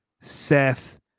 Seth